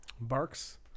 Barks